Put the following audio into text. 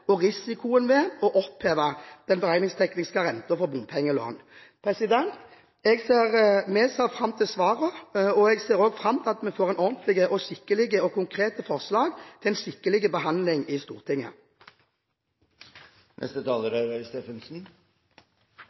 og risikoen ved, å oppheve den beregningstekniske renten for bompengelån. Vi ser fram til svarene, og jeg ser også fram til at vi får et ordentlig og konkret forslag til en skikkelig behandling i Stortinget. Dette er